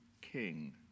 king